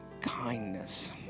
kindness